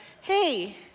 Hey